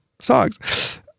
songs